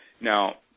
Now